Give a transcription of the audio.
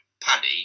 paddy